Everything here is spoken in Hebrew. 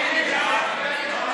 בעד דסטה גדי יברקן,